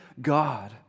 God